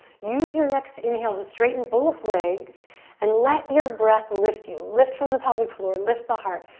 use your next inhale to straighten both legs and let your breath lift you. lift from the pelvic floor, lift the heart.